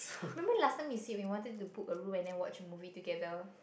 remember last time we said we wanted to book a room and then watch a movie together